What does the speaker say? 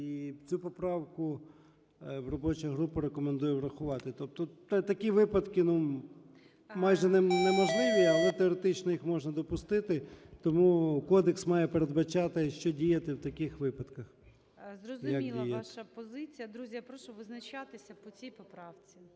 І цю поправку робоча група рекомендує врахувати. Такі випадки майже неможливі, але теоретично їх можна допустити, тому кодекс має передбачати, що діяти в таких випадках, як діяти. ГОЛОВУЮЧИЙ. Зрозуміла ваша позиція. Друзі, я прошу визначатися по цій поправці.